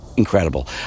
incredible